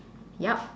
yup